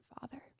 Father